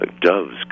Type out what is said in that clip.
doves